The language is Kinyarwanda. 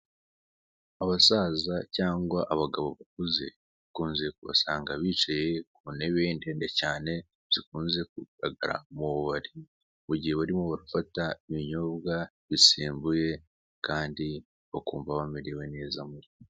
Abasaza cyangwa abagabo bakuze ukunze kubasanga bicaye ku ntebe ndende cyane, zigaragara mu bubari mu gihe barimo bafata ibinyobwa bisembuye kandi bakumva bamerewe neza mu mubiri.